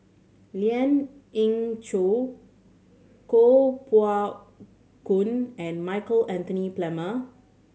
Lien Ying Chow Koh Poh Koon and Michael Anthony Palmer